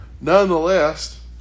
nonetheless